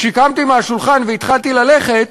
כשקמתי מהשולחן והתחלתי ללכת,